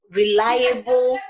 reliable